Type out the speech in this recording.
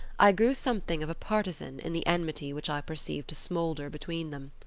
i grew something of a partisan in the enmity which i perceived to smoulder between them.